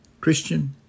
Christian